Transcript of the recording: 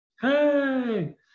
Hey